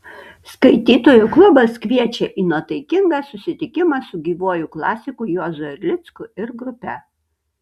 skaitytojų klubas kviečia į nuotaikingą susitikimą su gyvuoju klasiku juozu erlicku ir grupe